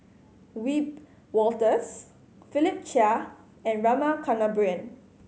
Wiebe Wolters Philip Chia and Rama Kannabiran